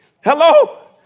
hello